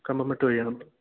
കമ്പം വെട്ട് വഴിയാണ് നമ്മൾ